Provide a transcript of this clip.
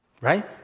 Right